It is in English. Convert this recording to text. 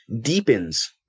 deepens